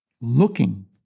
looking